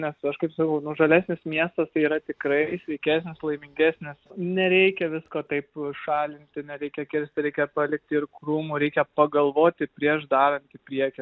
nes aš kaip sakau nu žalesnis miestas tai yra tikrai sveikesnis laimingesnis nereikia visko taip šalinti nereikia kirsti reikia palikti ir krūmų reikia pagalvoti prieš darant į priekį